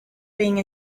being